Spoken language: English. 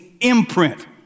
imprint